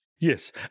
Yes